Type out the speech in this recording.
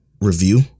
Review